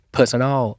Personal